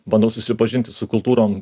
bandau susipažinti su kultūrom